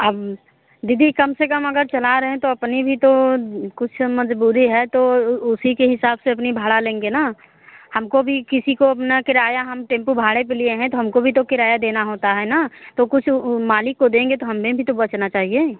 अब दीदी कम से कम अगर चला रहे हैं तो अपनी भी तो कुछ मजबूरी है तो उसीके हिसाब से अपनी भाड़ा लेंगे ना हमको भी किसी को अपना किराया अपना टेम्पो भाड़े पे लिए हैं तो हमको भी तो किराया देना होता है ना तो कुछ मालिक को देंगे तो कुछ हमने भी तो बचना चाहिए